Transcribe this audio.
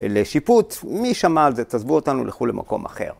לשיפוט, מי שמע על זה תעזבו אותנו לכו למקום אחר.